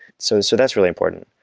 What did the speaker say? so so that's really important.